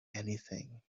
anything